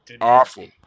awful